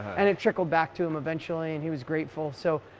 and it trickled back to him eventually, and he was grateful. so,